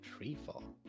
Treefall